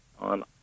on